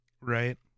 Right